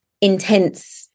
intense